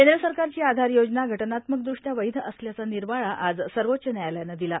केंद्र सरकारची आधार योजना घटनात्मक द्रष्ट्या वैध असल्याचा निर्वाछा आज सर्वोच्च न्यायालयानं दिला